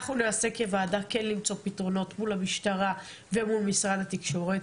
אנחנו ננסה כוועדה כן למצוא פתרונות מול המשטרה ומול משרד התקשורת,